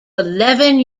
eleven